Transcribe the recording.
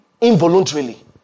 involuntarily